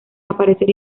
aparecer